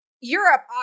Europe